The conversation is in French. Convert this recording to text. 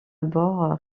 bord